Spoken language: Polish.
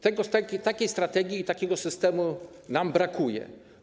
Tego, takiej strategii i takiego systemu, nam brakuje.